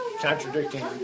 contradicting